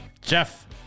Jeff